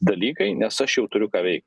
dalykai nes aš jau turiu ką veikt